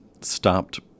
stopped